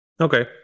Okay